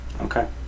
Okay